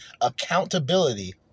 Accountability